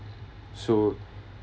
so